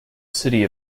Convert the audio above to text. city